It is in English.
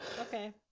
Okay